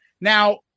now